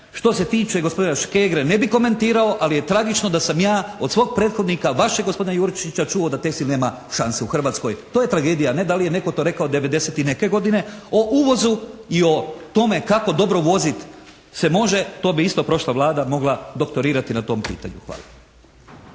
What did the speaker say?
što se tiče gospodina Škegre ne bih komentirao, ali je tragično da sam ja od svog prethodnika, vašeg gospodina Jurčića čuo da tekstil nema šanse u Hrvatskoj. To je tragedija, ne da li je netko to rekao devedeset i neke godine. O uvozu i o tome kako dobro uvoziti se može to bi isto prošla Vlada mogla doktorirati na tom pitanju. Hvala.